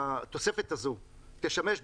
התוספת הזו תשמש,